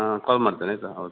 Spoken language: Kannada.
ಹಾಂ ಕಾಲ್ ಮಾಡ್ತೇನೆ ಆಯಿತಾ ಹೌದು